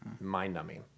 mind-numbing